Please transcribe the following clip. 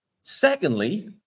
Secondly